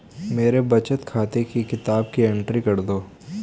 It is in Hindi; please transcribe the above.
मेरे बचत खाते की किताब की एंट्री कर दो?